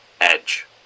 Edge